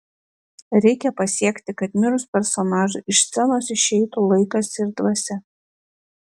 reikia pasiekti kad mirus personažui iš scenos išeitų laikas ir dvasia